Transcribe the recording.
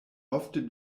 ofte